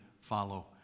follow